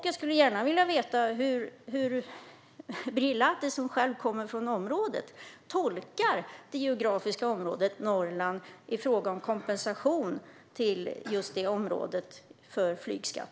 Jag skulle också gärna vilja veta hur Birger Lahti, som själv kommer från området, tolkar det geografiska området Norrland i fråga om kompensation för flygskatten till just det området.